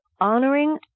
Honoring